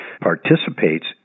participates